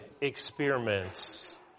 experiments